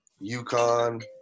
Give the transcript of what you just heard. UConn